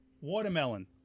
Watermelon